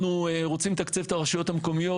אנחנו רוצים לתקצב את הרשויות המקומיות